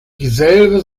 dieselbe